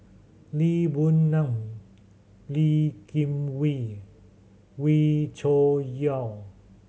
Lee Boon Ngan Lee Kim Wee Wee Cho Yaw